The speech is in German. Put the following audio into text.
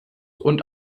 und